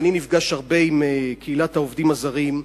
ואני נפגש הרבה עם קהילת העובדים הזרים,